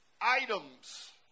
items